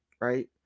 right